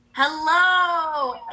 Hello